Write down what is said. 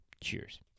Cheers